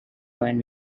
and